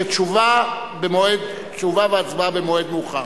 שתשובה והצבעה במועד אחר.